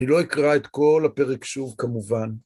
אני לא אקרא את כל הפרק שוב כמובן.